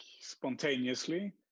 spontaneously